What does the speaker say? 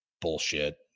bullshit